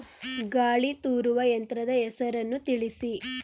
ಗಾಳಿ ತೂರುವ ಯಂತ್ರದ ಹೆಸರನ್ನು ತಿಳಿಸಿ?